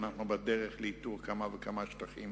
ואנחנו בדרך לאיתור כמה וכמה שטחים.